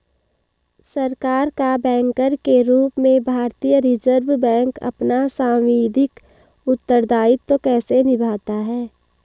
सरकार का बैंकर के रूप में भारतीय रिज़र्व बैंक अपना सांविधिक उत्तरदायित्व कैसे निभाता है?